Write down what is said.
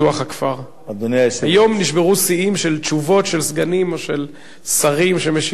היום נשברו שיאים של תשובות של סגנים או של שרים שמשיבים בשם אחרים.